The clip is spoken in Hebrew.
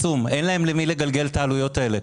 אין להם על מי לגלגל את העלויות האלה.